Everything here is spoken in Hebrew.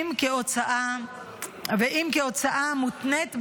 אם כהוצאה ואם כהוצאה מותנית בהכנסה,